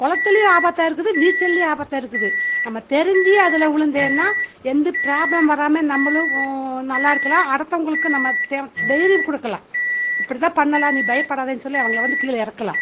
குளத்துலயும் ஆபத்தாக இருக்குது நீச்சல்லையும் ஆபத்தாக இருக்குது நம்ம தெரிஞ்சு அதில் விழுந்தேனா எந்து ப்ராப்ளம் வராமல் நம்மளும் நல்லா இருக்கலாம் அடுத்தவங்களுக்கும் நம்ம தே தைரியம் கொடுக்கலாம் இப்படித்தான் பண்ணலாம் நீ பயப்படாதேன்னு சொல்லி அவங்கள வந்து கீழே இறக்கலாம்